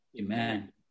Amen